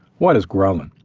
what is ghrelin?